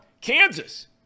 Kansas